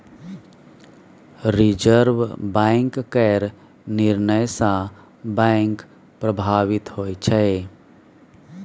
reserve Bank केर निर्णय सँ बैंक प्रभावित होइ छै